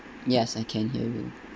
yes I can hear you